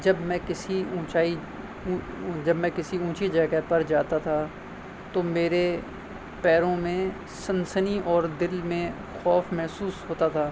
جب میں کسی اونچائی جب میں کسی اونچی جگہ پر جاتا تھا تو میرے پیروں میں سنسنی اور دل میں خوف محسوس ہوتا تھا